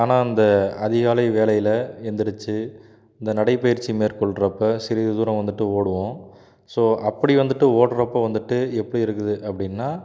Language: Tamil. ஆனால் இந்த அதிகாலை வேளையில் எந்திரித்து இந்த நடைப்பயிற்சி மேற்கொள்கிறப்ப சிறிது தூரம் வந்துட்டு ஓடுவோம் ஸோ அப்படி வந்துட்டு ஓடுறப்ப வந்துட்டு எப்படி இருக்குது அப்படின்னா